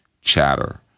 chatter